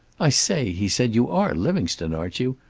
i say, he said. you are livingstone, aren't you?